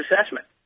assessment